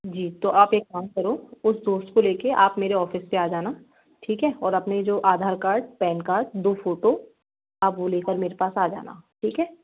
जी तो आप एक काम करो उस दोस्त को ले के आप मेरे ऑफिस पे आ जाना ठीक है और अपने जो आधार कार्ड पेन कार्ड दो फोटो आप वो लेकर मेरे पास आ जाना ठीक है